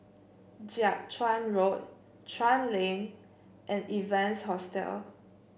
Jiak Chuan Road Chuan Lane and Evans Hostel